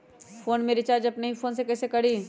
Phone में recharge अपने ही फ़ोन से कईसे करी?